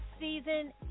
Season